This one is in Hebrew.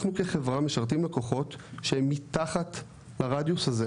אנחנו כחברה משרתים לקוחות שהם מתחת לרדיוס הזה.